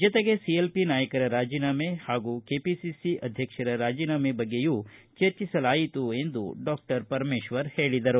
ಜತೆಗೆ ಸಿಎಲ್ಪಿ ನಾಯಕರ ರಾಜೀನಾಮೆ ಹಾಗೂ ಕೆಪಿಸಿಸಿ ಅಧ್ಯಕ್ಷರ ರಾಜೀನಾಮೆ ಬಗ್ಗೆಯೂ ಚರ್ಚಿಸಲಾಯಿತು ಎಂದು ಹೇಳದರು